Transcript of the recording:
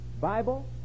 Bible